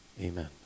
Amen